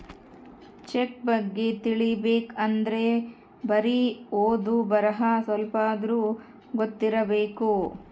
check ಬಗ್ಗೆ ತಿಲಿಬೇಕ್ ಅಂದ್ರೆ ಬರಿ ಓದು ಬರಹ ಸ್ವಲ್ಪಾದ್ರೂ ಗೊತ್ತಿರಬೇಕು